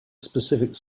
specific